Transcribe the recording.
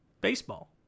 baseball